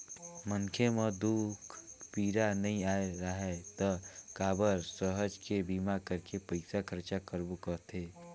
मनखे म दूख पीरा नइ आय राहय त काबर सहज के बीमा करके पइसा खरचा करबो कहथे